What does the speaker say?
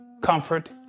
comfort